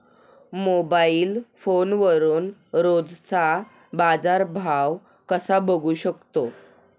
Mobile फोनवरून रोजचा बाजारभाव कसा बघू शकतो?